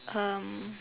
um